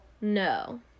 No